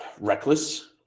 reckless